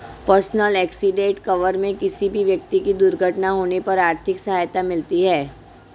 personal accident cover में किसी भी व्यक्ति की दुर्घटना होने पर आर्थिक सहायता मिलती है